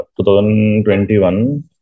2021